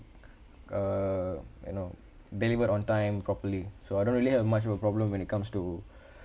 uh you know delivered on time properly so I don't really have much of a problem when it comes to